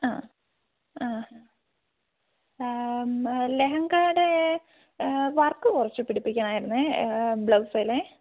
ആ ആ ലെഹങ്കയുടെ വർക്ക് കുറച്ച് പിടിപ്പിക്കണമായിരുന്നേ ബ്ലൗസിലേ